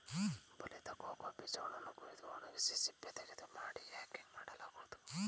ಬಲಿತ ಕೋಕೋ ಬೀಜಗಳನ್ನು ಕುಯ್ದು ಒಣಗಿಸಿ ಸಿಪ್ಪೆತೆಗೆದು ಮಾಡಿ ಯಾಕಿಂಗ್ ಮಾಡಲಾಗುವುದು